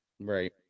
Right